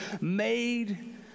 made